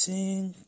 Sing